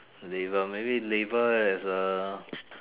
labour maybe labour is a